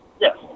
Yes